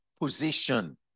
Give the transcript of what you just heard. position